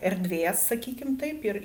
erdvės sakykim taip ir